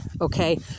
okay